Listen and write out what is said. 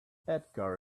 edgar